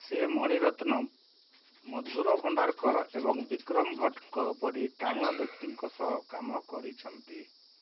ସେ ମଣିରତ୍ନମ ମଧୁର ଭଣ୍ଡାରକର ଏବଂ ବିକ୍ରମ ଭଟ୍ଟଙ୍କ ପରି ଟାଣୁଆ ବ୍ୟକ୍ତିଙ୍କ ସହ କାମ କରିଛନ୍ତି